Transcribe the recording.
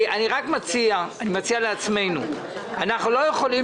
אני רק מציע לעצמנו אנחנו לא יכולים